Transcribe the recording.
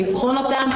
לבחון אותן.